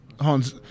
Hans